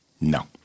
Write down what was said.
No